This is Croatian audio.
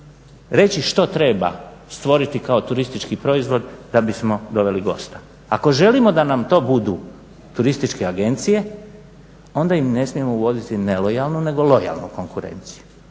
reći što treba stvoriti kao turistički proizvod da bismo doveli goste. Ako želimo da nam to budu turističke agencije, onda im ne smijemo uvoziti nelojalne nego lojalnu konkurenciju.